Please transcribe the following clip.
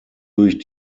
durch